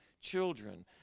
children